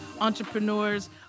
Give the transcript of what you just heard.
entrepreneurs